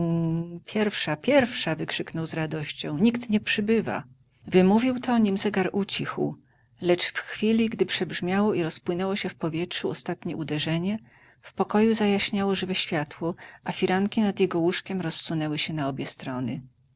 pierwsza pierwsza wykrzyknął z radością nikt nie przybywa wymówił to nim zegar ucichł lecz w chwili gdy przebrzmiało i rozpłynęło się w powietrzu ostatnie uderzenie w pokoju zajaśniało żywe światło a firanki nad jego łóżkiem rozsunęły się na obie strony